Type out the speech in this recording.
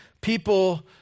people